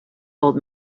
old